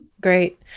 Great